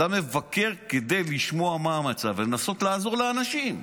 אתה מבקר כדי לשמוע מה המצב ולנסות לעזור לאנשים.